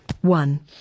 one